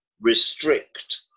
restrict